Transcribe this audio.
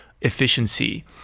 efficiency